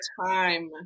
time